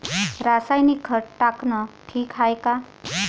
रासायनिक खत टाकनं ठीक हाये का?